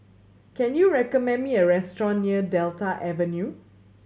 can you recommend me a restaurant near Delta Avenue